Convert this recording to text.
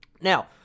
Now